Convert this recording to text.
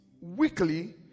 weekly